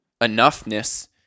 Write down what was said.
enoughness